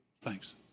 Thanks